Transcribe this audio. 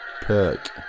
Perk